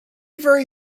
very